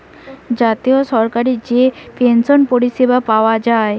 জাতীয় সরকারি যে পেনসন পরিষেবা পায়া যায়